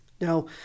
Now